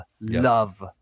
love